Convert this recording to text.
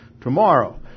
tomorrow